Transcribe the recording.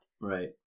Right